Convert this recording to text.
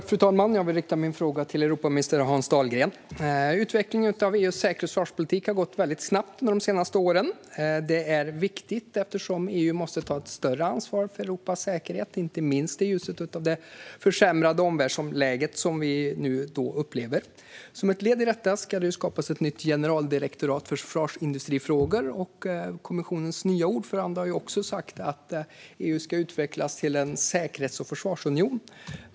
Fru talman! Jag vill rikta min fråga till Europaminister Hans Dahlgren. Utvecklingen av EU:s säkerhets och försvarspolitik har gått väldigt snabbt under de senaste åren. Det är viktigt eftersom EU måste ta ett större ansvar för Europas säkerhet, inte minst i ljuset av det försämrade omvärldsläge som vi nu upplever. Som ett led i detta ska det nu skapas ett nytt generaldirektorat för försvarsindustrifrågor. Kommissionens nya ordförande har också sagt att EU ska utvecklas till en säkerhets och försvarsunion.